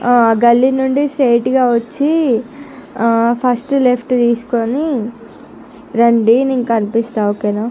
గల్లీ నుండి స్ట్రైట్గా వచ్చి ఆ ఫస్ట్ లెఫ్ట్ తీసుకుని రండి నేను కనిపిస్తాను ఓకేనా